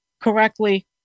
correctly